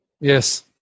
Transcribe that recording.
Yes